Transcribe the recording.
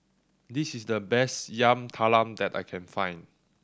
this is the best Yam Talam that I can find